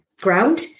ground